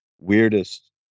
weirdest